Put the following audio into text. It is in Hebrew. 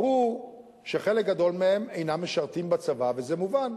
ברור שחלק גדול מהם אינם משרתים בצבא, וזה מובן.